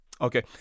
Okay